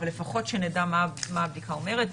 אבל לפחות שנדע מה הבדיקה אומרת.